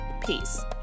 Peace